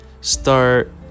start